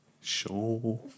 Sure